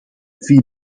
viel